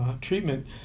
treatment